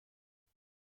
ترسم